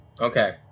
Okay